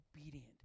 obedient